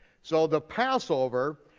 so the passover,